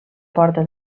porta